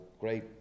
great